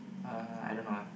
uh I don't know eh